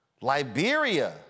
Liberia